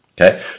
Okay